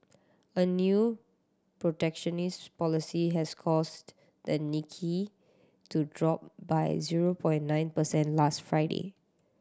a new protectionist policy has caused the Nikkei to drop by zero point nine percent last Friday